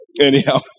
Anyhow